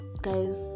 guys